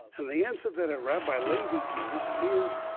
and the answer that a rabbi levi gives is,